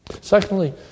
Secondly